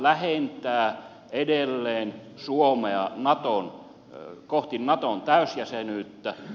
tämä lähentää edelleen suomea kohti naton täysjäsenyyttä